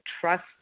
trust